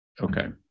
Okay